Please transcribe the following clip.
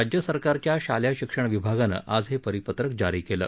राज्य सरकारच्या शालेय शिक्षण विभागानं आज हे परिपत्रक जारी केलं